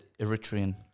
Eritrean